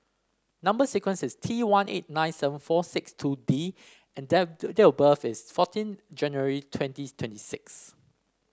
number sequence is T one eight nine seven four six two D and date of birth is fourteen January twenty twenty six